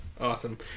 Awesome